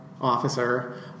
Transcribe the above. officer